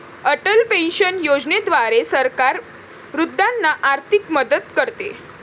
Atal pension योजनेद्वारे सरकार वृद्धांना आर्थिक मदत करते